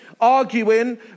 arguing